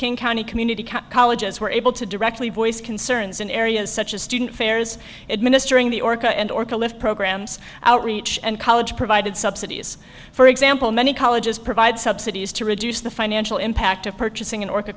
king county community colleges were able to directly voice concerns in areas such as student fairs it ministering the orca and or college programs outreach and college provided subsidies for example many colleges provide subsidies to reduce the financial impact of purchasing an or